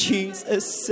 Jesus